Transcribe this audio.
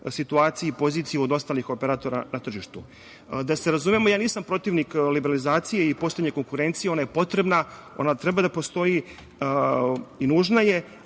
situaciji i poziciji od ostalih operatora na tržištu. Da se razumemo, ja nisam protivnik liberalizacije i postojanja konkurencije, ona je potrebna, ona treba da postoji i nužna je,